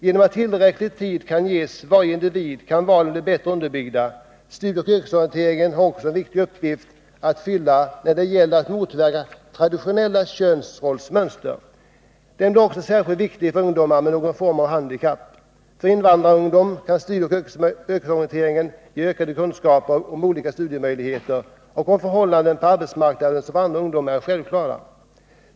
Genom att tillräcklig tid kan ges varje individ kan valen bli bättre underbyggda. Studieoch yrkesorienteringen har också en viktig uppgift att fylla när det gäller att motverka traditionella könsrollsmönster. Den blir också särskilt viktig för ungdomar med någon form av handikapp. För invandrarungdom kan studieoch yrkesorienteringen ge ökade kunskaper om olika studiemöjligheter och om förhållanden på arbetsmarknaden som för andra ungdomar är självklara.